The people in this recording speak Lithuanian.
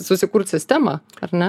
susikurt sistemą ar ne